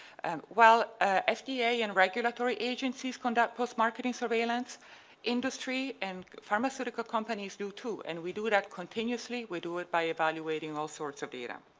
and while ah fda and regulatory agencies conduct post-marketing surveillance industry and pharmaceutical companies do too. and we do that continuously we do it by evaluating all sorts of data.